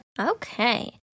Okay